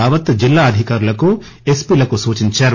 రావత్ జిల్లా అధికారులకు ఎస్పీలకు సూచించారు